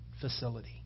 facility